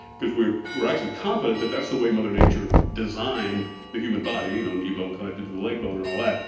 because we're we're actually confident that that's the way mother nature designed the human body, you know, knee bone connected to the leg bone and all that.